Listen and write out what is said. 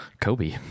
Kobe